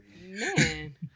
Man